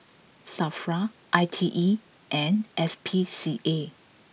Safra I T E and S P C A